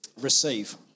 Receive